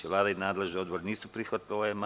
Vlada i nadležni odbor nisu prihvatili ovaj amandman.